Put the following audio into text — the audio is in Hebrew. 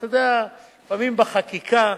אתה יודע, לפעמים בחקיקה,